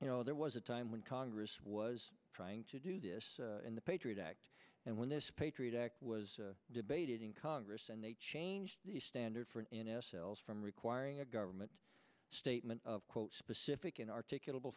you know there was a time when congress was trying to do this in the patriot act and when this patriot act was debated in congress and they changed the standard for an n f l from requiring a government statement of quote specific and articula